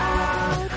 out